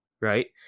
right